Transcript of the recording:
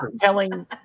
telling